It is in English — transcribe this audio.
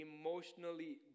emotionally